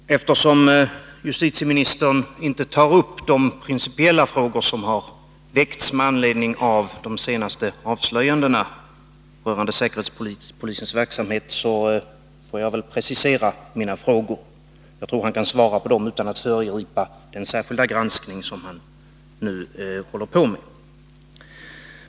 Herr talman! Eftersom justitieministern inte tar upp de principiella frågor som har väckts med anledning av de senaste avslöjandena rörande säkerhetspolisens verksamhet, får jag väl precisera mina frågor. Jag tror att justitieministern kan svara på dem utan att föregripa den särskilda granskning som han nu håller på med.